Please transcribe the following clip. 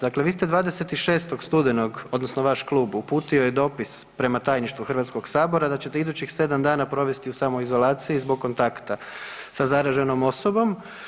Dakle, vi ste 26. studenog odnosno vaš klub uputio je dopis prema Tajništvu HS da ćete idućih 7 dana provesti u samoizolaciji zbog kontakta sa zaraženom osobom.